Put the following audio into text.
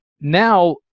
now